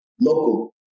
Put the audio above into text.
local